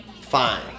Fine